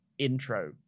intro